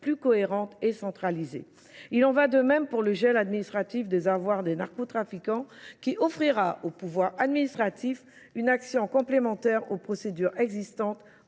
plus cohérentes et centralisées. Il en va de même pour le gel administratif des avoirs des narcotrafiquants, qui offrira au pouvoir administratif une action complémentaire aux procédures existantes